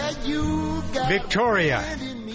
Victoria